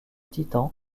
titans